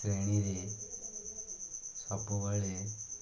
ଶ୍ରେଣୀରେ ସବୁବେଳେ